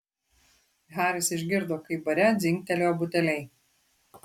haris išgirdo kaip bare dzingtelėjo buteliai